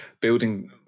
building